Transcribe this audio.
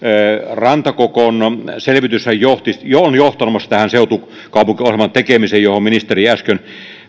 rantakokon selvityshän on johtamassa tähän seutukaupunkiohjelman tekemiseen johon ministeri äsken